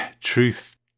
truth